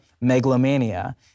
megalomania